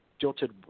Jilted